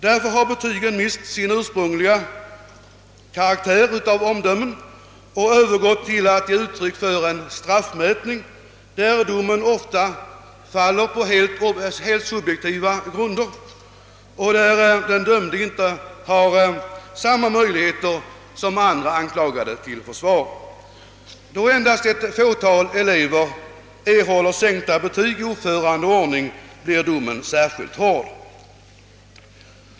Därför har betygen mist sin ursprungliga karaktär av omdömen och övergått till att ge uttryck för en straffmätning, där domen ofta faller på helt subjektiva grunder och där den dömde inte har samma möjligheter till försvar som andra anklagade. Då endast ett fåtal elever erhåller sänkta betyg i uppförande och ordning blir domen särskilt hård.